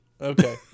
Okay